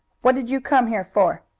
what did you come here for?